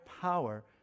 power